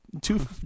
two